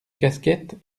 casquettes